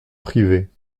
privée